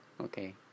Okay